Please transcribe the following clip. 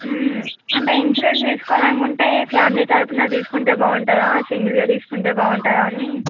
అంటే ఇన్సూరెన్స్ చేసుకోవాలనుకుంటే ఫ్యామిలీ తరఫున తీసుకుంటే బాగుంటుందా సింగల్గా తీసుకుంటే బాగుంటుందా అని